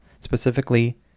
specifically